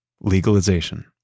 legalization